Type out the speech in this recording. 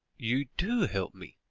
you do help me,